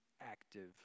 active